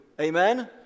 Amen